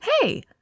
hey